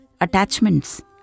attachments